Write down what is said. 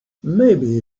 maybe